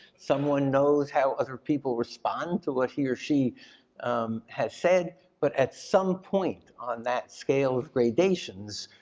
someone knows how other people respond to what he or she has said but at some point on that scale of gradations,